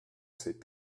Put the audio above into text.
sait